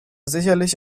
sicherlich